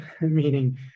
meaning